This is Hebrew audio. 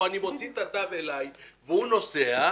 או אוציא את התו אליי והוא ייסע,